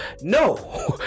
no